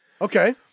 okay